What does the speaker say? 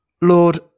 Lord